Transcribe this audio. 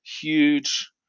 huge